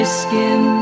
skin